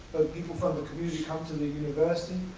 people from the community come to the university.